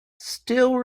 still